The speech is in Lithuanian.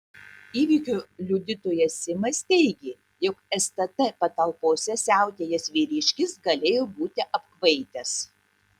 įvykio liudytojas simas teigė jog stt patalpose siautėjęs vyriškis galėjo būti apkvaitęs